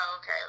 okay